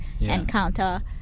encounter